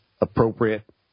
appropriate